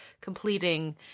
completing